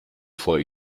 vor